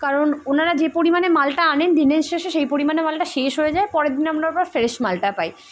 কারণ ওনারা যে পরিমানে মালটা আনেন দিনের শেষে সেই পরিমাণে মালটা শেষ হয়ে যায় পরের দিন আপনার ফ্রেশ মালটা পাই